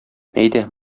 әйдә